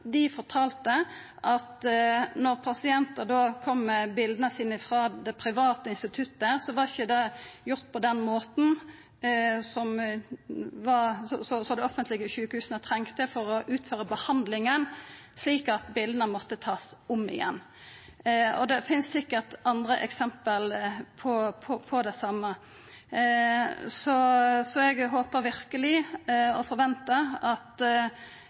Dei fortalde at når pasientar kom med bilda sine frå det private instituttet, var det ikkje gjort på den måten som dei offentlege sjukehusa trong for å utføra behandlinga, slik at ein måtte ta bilda om igjen. Det finst sikkert andre eksempel på det same. Så eg håpar verkeleg – og forventar – at